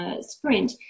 sprint